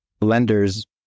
lenders